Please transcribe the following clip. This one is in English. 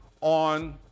on